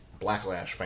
Blacklash